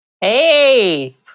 Hey